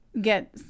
get